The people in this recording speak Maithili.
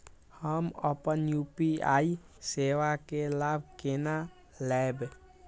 हम अपन यू.पी.आई सेवा के लाभ केना लैब?